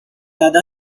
other